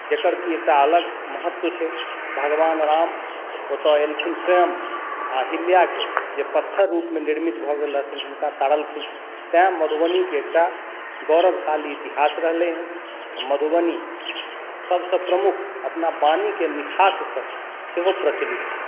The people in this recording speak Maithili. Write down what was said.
जकर कि एकटा अलग महत्व छै भगवान राम ओतय एलखिन स्वयं आ अहिल्याके जे पत्थर रूपमे निर्मित भऽ गेल रहथिन हुनका तारलखिन तैँ मधुबनीके एकटा गौरवशाली इतिहास रहलैए आओर मधुबनी सभसँ प्रमुख अपना वाणीके मिठाससँ सेहो प्रचलित छै